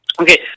Okay